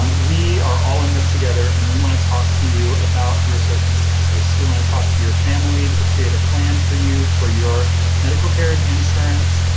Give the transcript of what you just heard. we are all in this together and we want to talk to you about your circumstances. we want to talk to your family to create a plan for you for your medical care and insurance.